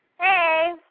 Hey